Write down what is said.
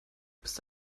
bist